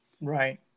right